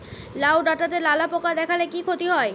লাউ ডাটাতে লালা পোকা দেখালে কি ক্ষতি হয়?